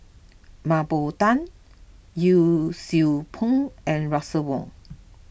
Mah Bow Tan Yee Siew Pun and Russel Wong